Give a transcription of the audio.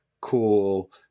cool